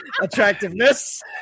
attractiveness